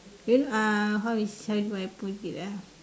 you know uh how is how do I put it ah